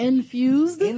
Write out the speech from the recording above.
Infused